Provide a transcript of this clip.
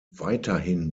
weiterhin